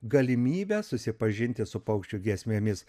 galimybę susipažinti su paukščių giesmėmis